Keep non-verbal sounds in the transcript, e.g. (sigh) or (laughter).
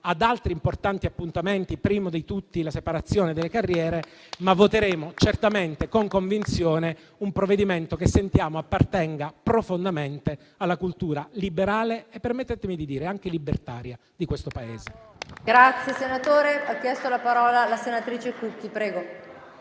ad altri importanti appuntamenti, primo di tutti la separazione delle carriere, (applause) ma voteremo certamente con convinzione un provvedimento che sentiamo appartenga profondamente alla cultura liberale e - permettetemi di dire - anche libertaria di questo Paese.